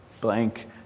blank